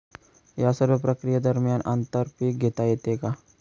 या सर्व प्रक्रिये दरम्यान आंतर पीक घेता येते का?